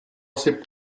asi